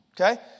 Okay